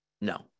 no